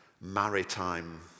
maritime